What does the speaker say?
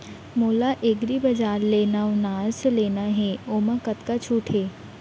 मोला एग्रीबजार ले नवनास लेना हे ओमा कतका छूट हे?